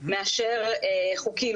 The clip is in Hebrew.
מאשר חוקי,